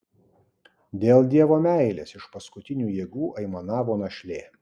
dėl dievo meilės iš paskutinių jėgų aimanavo našlė